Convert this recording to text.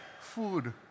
food